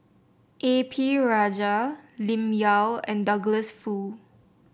A P Rajah Lim Yau and Douglas Foo